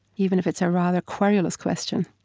even if it's a rather querulous question,